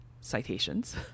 citations